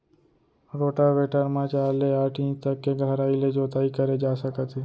rotavator म चार ले आठ इंच तक के गहराई ले जोताई करे जा सकत हे